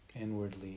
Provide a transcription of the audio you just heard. inwardly